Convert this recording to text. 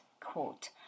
quote